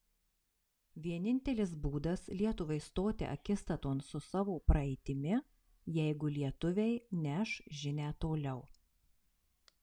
vienintelis būdas lietuvai stoti akistaton su savo praeitimi jeigu lietuviai neš žinią toliau